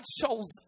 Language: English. shows